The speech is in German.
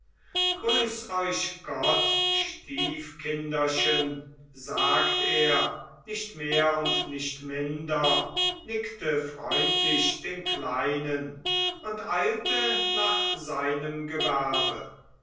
grüß euch gott stiefkinderchen sagt er nicht mehr und nicht minder nickte freundlich den kleinen und eilte nach seinem gewerbe